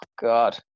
God